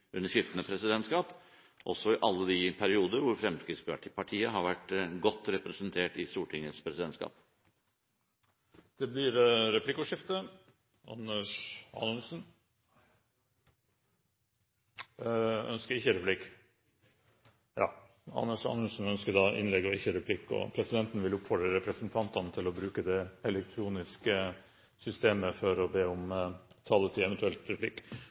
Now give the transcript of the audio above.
under skiftende presidentskap, også i alle de perioder hvor Fremskrittspartiet har vært godt representert i Stortingets presidentskap. Det blir replikkordskifte. Anders Anundsen ønsker ikke replikk? Nei, jeg ønsker innlegg. Anders Anundsen ønsker da ordet til innlegg og ikke til replikk, og presidenten vil oppfordre representantene til å bruke det elektroniske systemet for å be om taletid, eventuelt replikk.